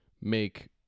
Make